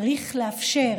צריך לאפשר